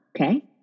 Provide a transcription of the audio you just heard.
Okay